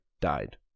died